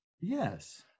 Yes